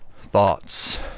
thoughts